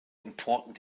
important